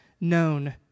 known